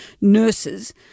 nurses